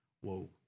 whoa